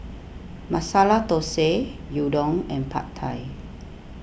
Masala Dosa Gyudon and Pad Thai